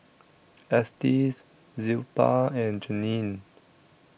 Estes Zilpah and Janine